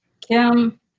Kim